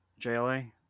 jla